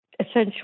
essential